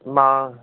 मां